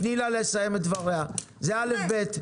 תני לה לסיים את דבריה זה אלף בית,